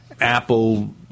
Apple